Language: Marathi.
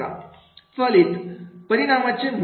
फलित परिणामाचे मूल्य